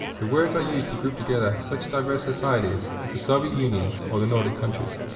the words are used to group together such diverse societies as the soviet union or the nordic countries.